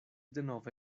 denove